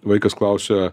vaikas klausia